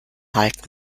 halten